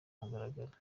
mugaragaro